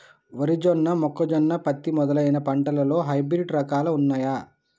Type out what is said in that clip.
వరి జొన్న మొక్కజొన్న పత్తి మొదలైన పంటలలో హైబ్రిడ్ రకాలు ఉన్నయా?